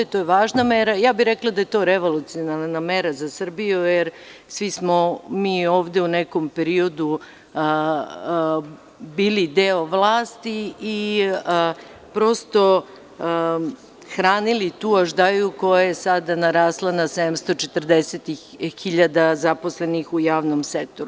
To je važna mera, ja bih rekla da je to revolucionarna mera za Srbiju, jer svi smo mi ovde u nekom periodu bili deo vlasti i hranili tu aždaju koja je sada narasla na 740.000 zaposlenih u javnom sektoru.